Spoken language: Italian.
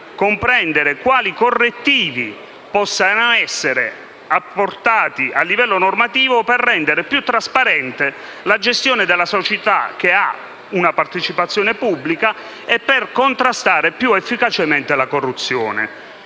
comprendere quali correttivi possano essere apportati a livello normativo per rendere più trasparente la gestione della società che ha una partecipazione pubblica e per contrastare più efficacemente la corruzione.